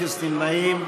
אפס נמנעים,